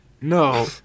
No